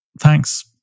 thanks